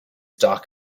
dark